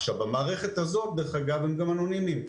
במערכת הזו הם גם אנונימיים.